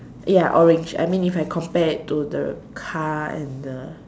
ya orange I mean if I compare it to the car and the